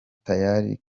tayari